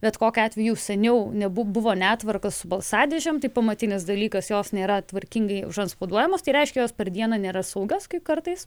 bet kokiu atveju seniau buvo netvarka su balsadėžėm tai pamatinis dalykas jos nėra tvarkingai užantspauduojamos tai reiškia jos per dieną nėra saugios kai kartais